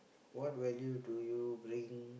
what value do you bring